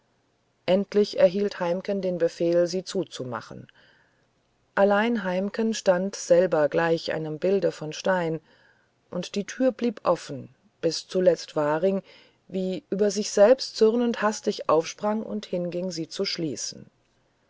endlich erhielt heimken den befehl sie zuzumachen allein heimken stand selber gleich einem bilde von stein und die tür blieb offen bis zuletzt waring wie über sich selbst zürnend hastig aufsprang und hinging sie zu schließen